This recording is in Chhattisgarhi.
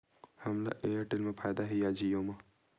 हमला एयरटेल मा फ़ायदा हे या जिओ मा?